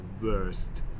worst